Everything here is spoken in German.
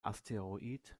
asteroid